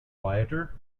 quieter